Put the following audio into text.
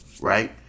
right